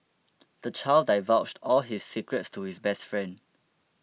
the child divulged all his secrets to his best friend